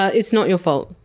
ah it's not your fault.